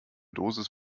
dosis